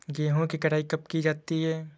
गेहूँ की कटाई कब की जाती है?